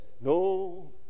No